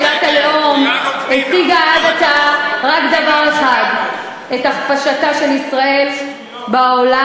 שאלת הלאום השיגה עד עתה רק דבר אחד: את הכפשתה של ישראל בעולם,